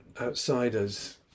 Outsiders